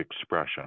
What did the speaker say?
expression